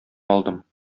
алдым